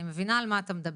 אני מבינה על מה אתה מדבר,